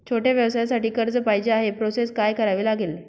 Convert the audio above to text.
छोट्या व्यवसायासाठी कर्ज पाहिजे आहे प्रोसेस काय करावी लागेल?